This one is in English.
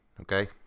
okay